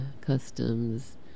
Customs